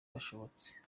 kashobotse